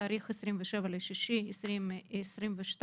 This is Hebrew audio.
היום ה-27 ביוני 2022,